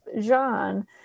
Jean